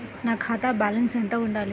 నా ఖాతా బ్యాలెన్స్ ఎంత ఉండాలి?